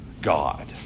God